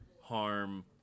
harm